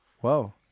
Whoa